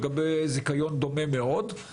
לגבי זיכיון דומה מאוד.